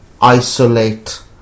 isolate